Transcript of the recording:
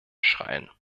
schreien